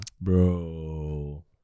bro